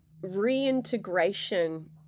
reintegration